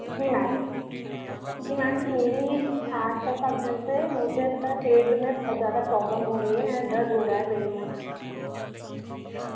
जी ma'am जी ma'am मेरी छः सात दिन से मुझे पता है पेट में बहुत ज़्यादा प्रॉब्लम हो रही है दर्द हो रहा है पेट में जी